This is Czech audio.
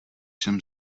jsem